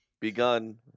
Begun